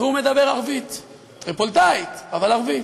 והוא מדבר ערבית טריפוליטאית, אבל ערבית.